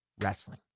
wrestling